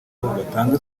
batanga